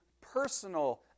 personal